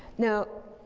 now,